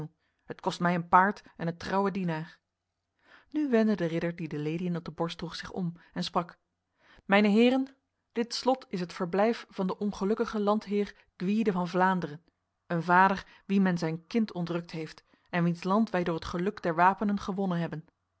het kost mij een paard en een trouwe dienaar nu wendde de ridder die de leliën op de borst droeg zich om en sprak mijne heren dit slot is het verblijf van de ongelukkige landheer gwyde van vlaanderen een vader wien men zijn kind ontrukt heeft en wiens land wij door het geluk der wapenen gewonnen hebben